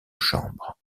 chambre